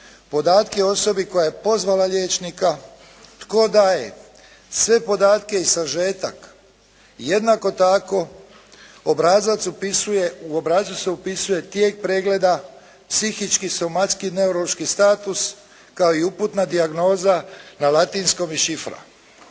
podatke o osobi koja je pozvala liječnika, tko daje sve podatke i sažetak. I jednako tako u obrazac se upisuje tijek pregleda, psihički i …/Govornik se ne razumije./… neurološki status kao i uputna dijagnoza na latinskom i šifra.